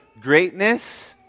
greatness